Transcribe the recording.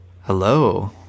hello